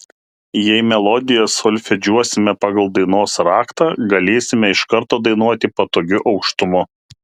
jei melodiją solfedžiuosime pagal dainos raktą galėsime iš karto dainuoti patogiu aukštumu